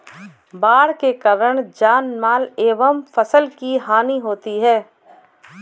बाढ़ के कारण जानमाल एवं फसल की हानि होती है